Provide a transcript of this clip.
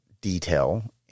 detail